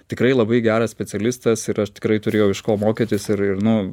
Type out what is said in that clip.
tikrai labai geras specialistas ir aš tikrai turėjau iš ko mokytis ir ir nu